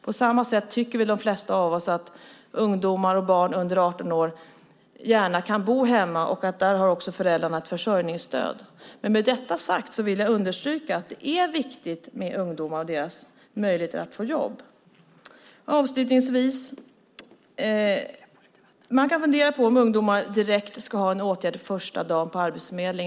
På samma sätt tycker väl de flesta av oss att ungdomar och barn under 18 år gärna kan bo hemma, och där har föräldrarna också en försörjningsplikt. Men med detta sagt vill jag ändå understryka att det är viktigt med ungdomars möjlighet att få jobb. Avslutningsvis kan man fundera på om ungdomar direkt, första dagen på Arbetsförmedlingen ska ha en åtgärd.